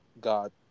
God